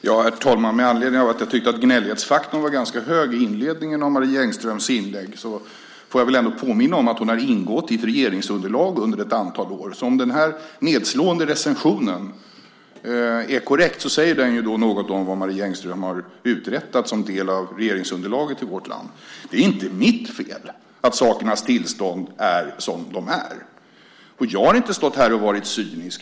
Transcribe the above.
Herr talman! Med anledning av att jag tyckte att gnällighetsfaktorn var ganska hög i inledningen av Marie Engströms inlägg får jag väl påminna om att hon under ett antal år har ingått i ett regeringsunderlag, så om den här nedslående recensionen är korrekt säger den något om vad Marie Engström som en del av regeringsunderlaget i vårt land har uträttat. Det är inte mitt fel att sakernas tillstånd är som det är. Jag har inte stått här och varit cynisk.